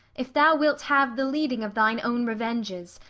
if thou wilt have the leading of thine own revenges,